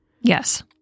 Yes